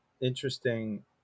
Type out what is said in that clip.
interesting